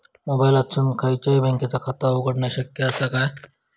मोबाईलातसून खयच्याई बँकेचा खाता उघडणा शक्य असा काय?